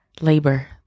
labor